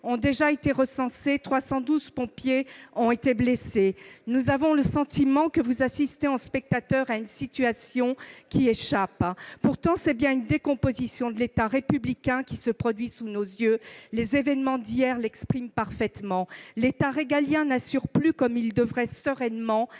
ont déjà été recensées, et 312 pompiers ont été blessés. Nous avons le sentiment que vous assistez en spectateur à une situation qui vous échappe. Pourtant, c'est bien une décomposition de l'État républicain qui se produit sous nos yeux- les événements d'hier en témoignent parfaitement. L'État régalien n'assure plus sereinement,